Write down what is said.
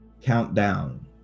countdown